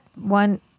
one